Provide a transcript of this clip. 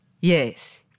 Yes